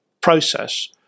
process